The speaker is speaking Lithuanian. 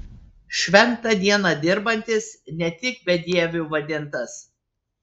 šventą dieną dirbantis ne tik bedieviu vadintas